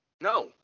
No